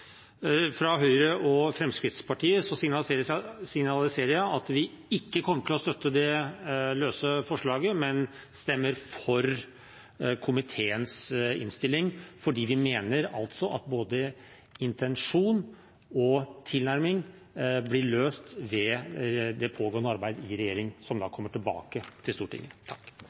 Høyre og Fremskrittspartiet signaliserer jeg at vi ikke kommer til å støtte dette forslaget, men stemmer for komiteens innstilling fordi vi mener at både intensjon og tilnærming blir løst ved det pågående arbeidet i regjeringen – som